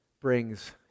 brings